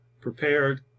prepared